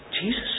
Jesus